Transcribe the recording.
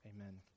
Amen